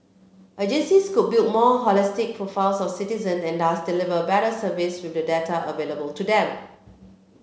agencies could build more holistic profiles of citizen and thus deliver better service with the data available to them